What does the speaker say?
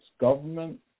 government